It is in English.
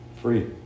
free